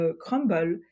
crumble